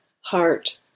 heart